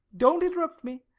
don't interrupt me!